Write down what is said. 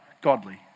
godly